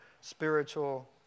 spiritual